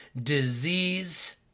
disease